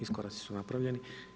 Iskoraci su napravljeni.